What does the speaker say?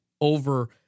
over